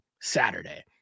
Saturday